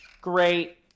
Great